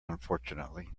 unfortunately